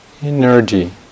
energy